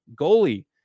goalie